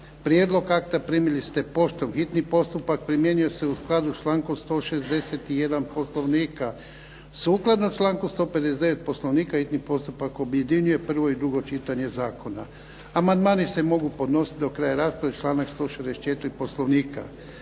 Prijedlog akta primili ste poštom.ž Hitni postupak primjenjuje se u skladu s člankom 161. Poslovnika. Sukladno članku 159. Poslovnika hitni postupak objedinjuje prvo i drugo čitanje zakona. Amandmani se mogu podnositi do kraja rasprave, članak 164. Poslovnika.